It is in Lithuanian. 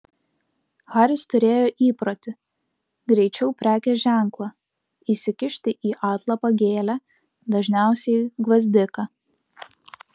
haris turėjo įprotį greičiau prekės ženklą įsikišti į atlapą gėlę dažniausiai gvazdiką